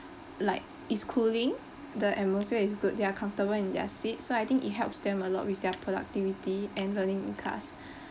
like it's cooling the atmosphere is good they're comfortable in their seats so I think it helps them a lot with their productivity and learning in class